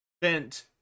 bent